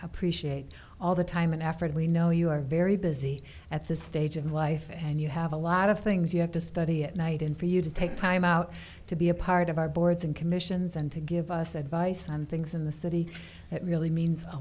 appreciate all the time and effort we know you are very busy at this stage in life and you have a lot of things you have to study at night and for you to take time out to be a part of our boards and commissions and to give us advice on things in the city that really means a